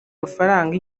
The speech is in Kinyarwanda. mafaranga